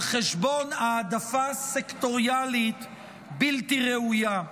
על חשבון העדפה סקטוריאלית בלתי ראויה.